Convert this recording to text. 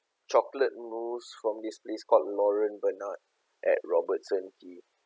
chocolate mousse from this place called laurent bernard at robertson quay